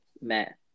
met